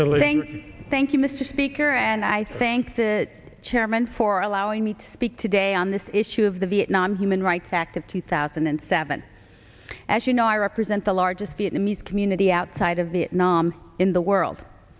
delaying thank you mr speaker and i thanked it chairman for allowing me to speak today on this issue of the vietnam human rights act of two thousand and seven as you know i represent the largest vietnamese community outside of the naam in the world